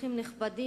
אורחים נכבדים,